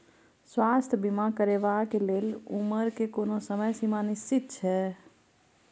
स्वास्थ्य बीमा करेवाक के लेल उमर के कोनो समय सीमा निश्चित छै?